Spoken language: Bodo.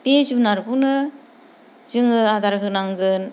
बे जुनादखौनो जोङो आदार होनांगोन